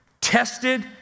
tested